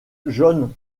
john